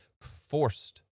forced